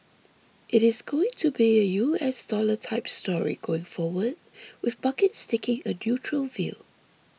it is going to be a U S dollar type story going forward with markets taking a neutral view